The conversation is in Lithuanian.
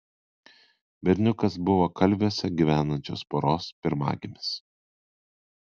berniukas buvo kalviuose gyvenančios poros pirmagimis